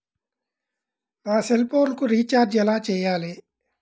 నా సెల్ఫోన్కు రీచార్జ్ ఎలా చేయాలి?